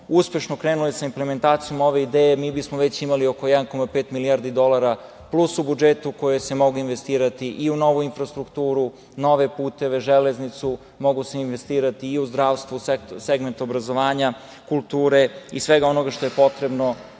uspešno krenuli sa implementacijom ove ideje, mi bismo već imali oko 1,5 milijardi dolara plus u budžetu koje se mogu investirati i u novu infrastrukturu, nove puteve, železnicu, mogu se investirati i u zdravstvu, segment obrazovanja, kulture i svega onoga što je potrebno